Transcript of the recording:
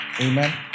Amen